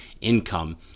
income